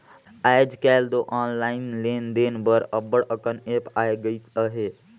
आएज काएल दो ऑनलाईन लेन देन बर अब्बड़ अकन ऐप आए गइस अहे